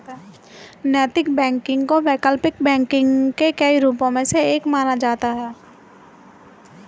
नैतिक बैंकिंग को वैकल्पिक बैंकिंग के कई रूपों में से एक माना जाता है